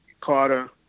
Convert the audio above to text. Carter